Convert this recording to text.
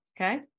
Okay